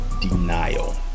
denial